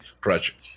project